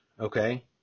okay